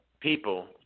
people –